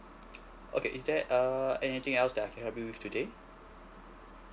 okay is there uh anything else that I can help you with today